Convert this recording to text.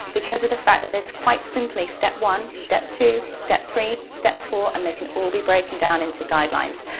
because of the fact that there's quite simply step one, step two, step three, step four, and they can all be broken down into guidelines.